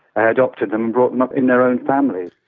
ah adopted them, brought them up in their own families.